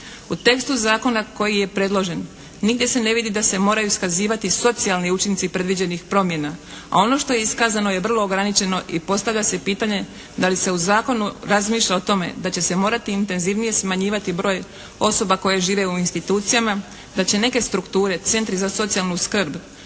U tekstu zakona koji je predložen nigdje se ne vidi da se moraju iskazivati socijalni učinci predviđenih promjena. A ono što je iskazano je vrlo ograničeno i postavlja se pitanje da li se u zakonu razmišlja o tome da će se morati intenzivnije smanjivati broj osoba koje žive u institucijama. Da će neke strukture, centri za socijalnu skrb,